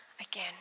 again